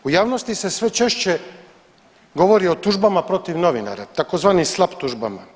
U javnosti se sve češće govori o tužbama protiv novinara tzv. slap tužbama.